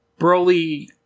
Broly